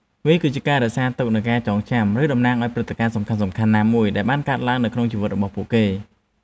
វាគឺជាការរក្សាទុកនូវការចងចាំ ឬតំណាងឱ្យព្រឹត្តិការណ៍សំខាន់ៗណាមួយដែលបានកើតឡើងនៅក្នុងជីវិតរបស់ពួកគេ។